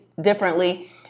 differently